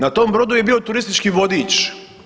Na tom brodu je bio turistički vodič.